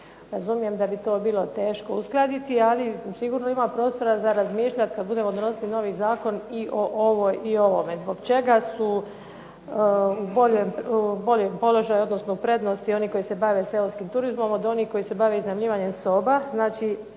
Razumijem da bi to bilo teško uskladiti, ali sigurno ima prostora za razmišljati kad budemo donosili novi zakon i o ovome. Zbog čega su u boljem položaju, odnosno u prednosti oni koji se bave seoskim turizmom od onih koji se bave iznajmljivanjem soba?